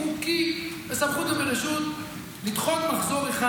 חוקי בסמכות וברשות לדחות מחזור אחד.